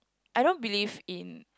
I don't believe in